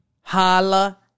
Holla